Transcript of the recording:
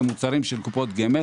במוצרים של קופות גמל,